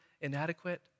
inadequate